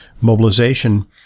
mobilization